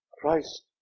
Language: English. Christ